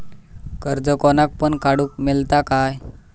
कर्ज कोणाक पण काडूक मेलता काय?